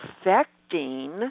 affecting